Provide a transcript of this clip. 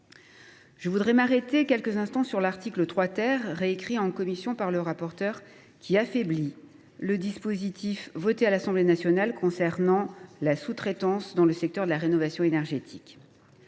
Je m’attarderai à présent sur l’article 3, réécrit en commission par le rapporteur, qui affaiblit le dispositif voté par l’Assemblée nationale concernant la sous traitance dans le secteur de la rénovation énergétique.